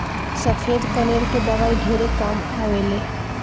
सफ़ेद कनेर के दवाई ढेरे काम आवेल